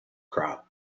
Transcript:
crop